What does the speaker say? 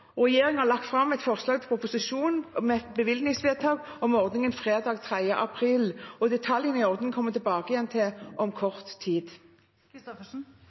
og tidslinjen. Regjeringen la fram et forslag til proposisjon om bevilgningsvedtak fredag 3. april, og detaljene i ordningen vil vi komme tilbake til om kort tid.